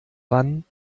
wann